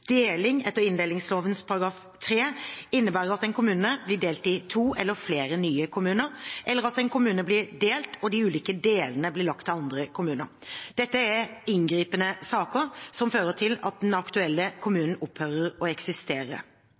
Deling etter inndelingsloven § 3 innebærer at en kommune blir delt i to eller flere nye kommuner, eller at en kommune blir delt og de ulike delene blir lagt til andre kommuner. Dette er inngripende saker som fører til at den aktuelle kommunen opphører å eksistere.